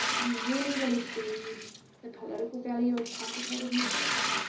i really, really see the political value of quantitative methods,